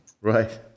Right